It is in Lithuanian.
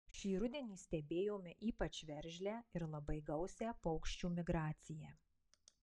šį rudenį stebėjome ypač veržlią ir labai gausią paukščių migraciją